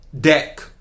deck